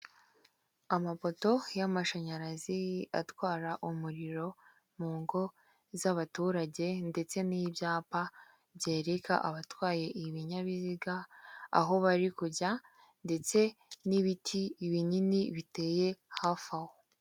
Amapoto y'amashanyarazi, atwara umuriro mu ngo z'abaturage, ndetse n'ibyapa byereka abatwaye ibinyabiziga, aho bari kujya. Ndetse n'ibiti binini biteye hafi aho.